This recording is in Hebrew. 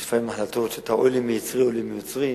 יש לפעמים החלטות שאתה אומר: אוי לי מיוצרי ואוי לי מיצרי,